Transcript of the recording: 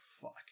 fuck